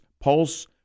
Pulse